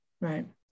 Right